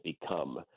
become